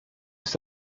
ist